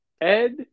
Ed